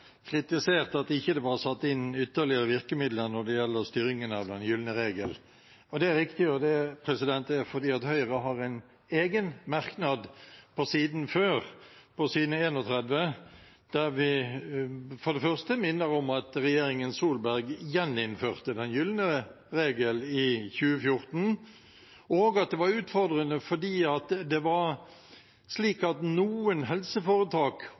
kritiserte at det ikke var satt inn ytterligere virkemidler når det gjelder styringen av den gylne regel. Det er riktig, og det er fordi Høyre har en egen merknad på siden før, på side 13, der vi for det første minner om at regjeringen Solberg gjeninnførte den gylne regel i 2014, og at det var utfordrende fordi det var slik at noen helseforetak